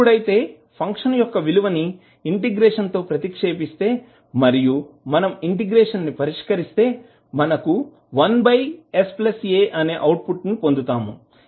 ఎప్పుడైతే ఫంక్షన్ యొక్క విలువని ఇంటిగ్రేషన్ లో ప్రతిక్షేపిస్తే మరియు మనం ఇంటిగ్రేషన్ ని పరిష్కరిస్తే మనము 1sa అనే అవుట్ ఫుట్ ని పొందుతాము